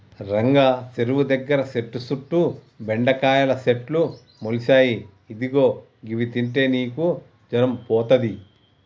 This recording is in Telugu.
రంగా సెరువు దగ్గర సెట్టు సుట్టు బెండకాయల సెట్లు మొలిసాయి ఇదిగో గివి తింటే నీకు జరం పోతది